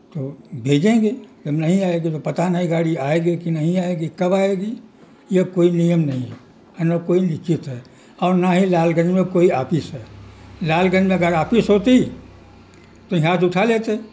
تو بھیجیں گے جب نہیں آئے گی تو پتا نہیں گاڑی آئے گی کہ نہیں آئے گی کب آئے گی یہ کوئی نیم نہیں ہے ہے نا کوئی نشچت ہے اور نہ ہی لال گنج میں کوئی آپس ہے لال گنج میں اگر آپس ہوتی تو یہاں آج اٹھا لیتے